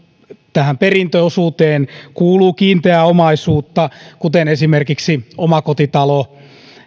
tähän perintöosuuteen kuuluu kiinteää omaisuutta kuten esimerkiksi omakotitalo